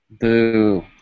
Boo